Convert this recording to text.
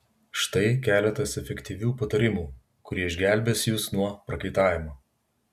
štai keletas efektyvių patarimų kurie išgelbės jus nuo prakaitavimo